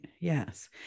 Yes